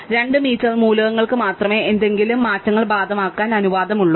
2 metre മൂലകങ്ങൾക്ക് മാത്രമേ എന്തെങ്കിലും മാറ്റങ്ങൾ ബാധകമാക്കാൻ അനുവാദമുള്ളൂ